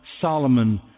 Solomon